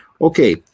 Okay